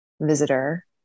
visitor